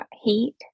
heat